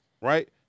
right